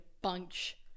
bunch